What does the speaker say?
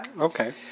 Okay